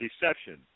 deception